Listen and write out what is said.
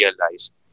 realized